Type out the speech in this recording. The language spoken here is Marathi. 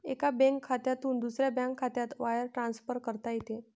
एका बँक खात्यातून दुसऱ्या बँक खात्यात वायर ट्रान्सफर करता येते